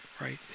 right